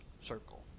circle